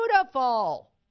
beautiful